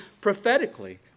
prophetically